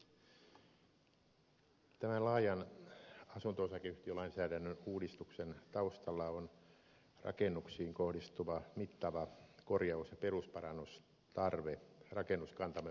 tämän laajan asunto osakeyhtiölainsäädännön uudistuksen taustalla on rakennuksiin kohdistuva mittava korjaus ja perusparannustarve rakennuskantamme vanhetessa